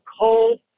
cold